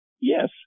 yes